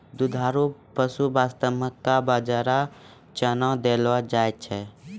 दुधारू पशु वास्तॅ मक्का, बाजरा, चना देलो जाय छै